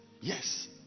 yes